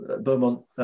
Beaumont